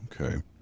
Okay